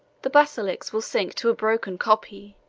the basilics will sink to a broken copy,